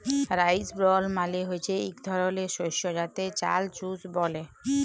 rice ব্রল মালে হচ্যে ইক ধরলের শস্য যাতে চাল চুষ ব্যলে